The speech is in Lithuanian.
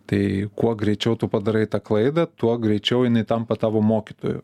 tai kuo greičiau tu padarai tą klaidą tuo greičiau jinai tampa tavo mokytoju